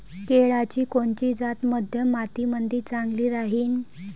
केळाची कोनची जात मध्यम मातीमंदी चांगली राहिन?